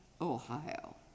Ohio